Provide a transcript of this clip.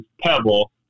Pebble